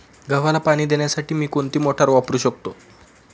गव्हाला पाणी देण्यासाठी मी कोणती मोटार वापरू शकतो?